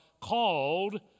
called